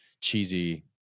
cheesy